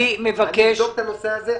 אני אבדוק את הנושא הזה.